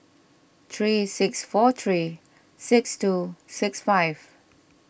three six four three six two six five